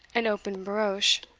an open barouche,